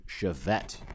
Chevette